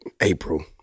April